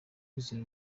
kwizera